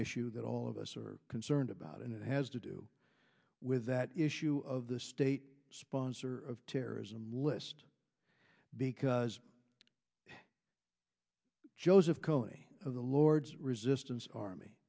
issue that all of us are concerned about and it has to do with that issue of the state sponsor of terrorism list because joseph coney of the lord's resistance army